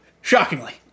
shockingly